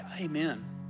Amen